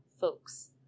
folks